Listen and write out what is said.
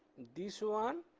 this one